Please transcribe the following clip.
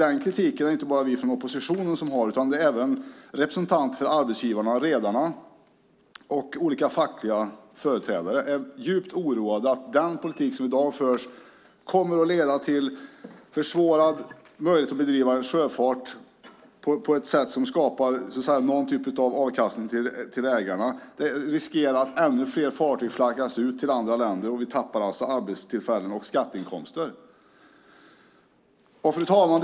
Den kritiken är det inte bara vi i oppositionen som har, utan även representanter från arbetsgivarna, redarna och olika fackliga företrädare är djupt oroade för att den politik som förs i dag kommer att försvåra möjligheten att bedriva sjöfart på ett sätt som skapar någon typ av avkastning för ägarna. Vi riskerar att ännu fler fartyg flaggas ut till andra länder, och vi tappar arbetstillfällen och skatteinkomster. Fru talman!